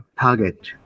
target